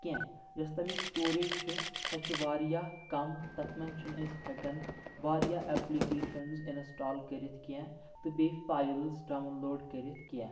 کیٚنٛہہ یۄس تٔمچ سٹوریج چھِ سۄ چھِ واریاہ کم تتھ منٛز چھنہٕ أسۍ ہیکان واریاہ اپلکیشنز اِنسٹال کٔرِتھ کیٛنٚہہ تہٕ بییہِ فایلز ڈاونلوڈ کٔرِتھ کیٛنٚہہ